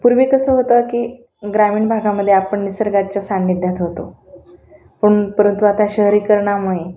पूर्वी कसं होतं की ग्रामीण भागामध्ये आपण निसर्गाच्या सानिध्यात होतो पण परंतु आता शहरीकरणामुळे